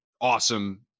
awesome